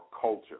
culture